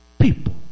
people